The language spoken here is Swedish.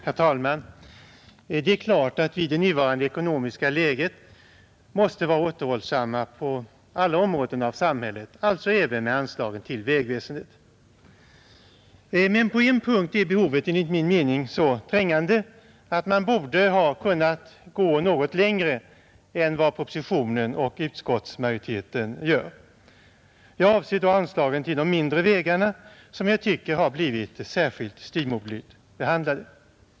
Herr talman! Det är klart att vi i det nuvarande ekonomiska läget måste vara återhållsamma på alla områden i samhället, alltså även med anslagen till vägväsendet. Men på en punkt är behovet enligt min mening så trängande att man borde ha kunnat gå något längre än vad propositionen och utskottsmajoriteten gör. Jag avser då anslagen till de mindre vägarna, som jag tycker blivit särskilt styvmoderligt behandlade.